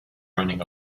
running